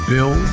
Bill